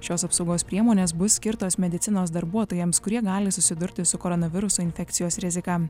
šios apsaugos priemonės bus skirtos medicinos darbuotojams kurie gali susidurti su koronaviruso infekcijos rizika